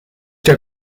der